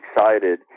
excited